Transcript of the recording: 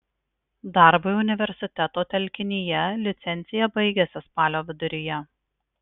darbui universiteto telkinyje licencija baigiasi spalio viduryje